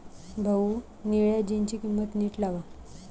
भाऊ, निळ्या जीन्सची किंमत नीट लावा